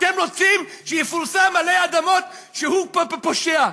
אתם רוצים שיפורסם עלי אדמות שהוא פושע.